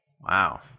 Wow